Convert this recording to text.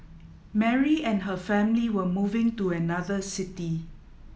Mary and her family were moving to another city